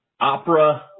Opera